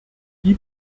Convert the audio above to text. die